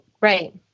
Right